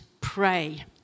pray